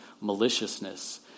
maliciousness